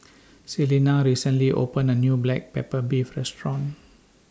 Celina recently opened A New Black Pepper Beef Restaurant